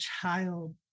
child